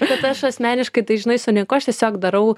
bet aš asmeniškai tai žinai su niekuo aš tiesiog darau